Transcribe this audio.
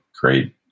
great